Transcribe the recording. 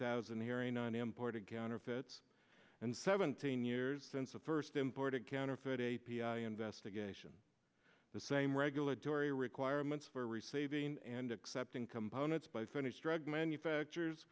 thousand hearing on imported counterfeits and seventeen years since it first imported counterfeit a investigation the same regulatory requirements for receiving and accepting components by finnish drug manufacture